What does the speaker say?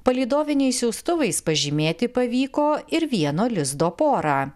palydoviniais siųstuvais pažymėti pavyko ir vieno lizdo porą